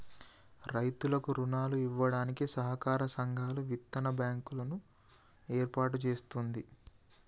రైతులకు రుణాలు ఇవ్వడానికి సహకార సంఘాలు, విత్తన బ్యాంకు లను ఏర్పాటు చేస్తుంది